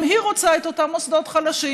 גם היא רוצה את אותם מוסדות חלשים.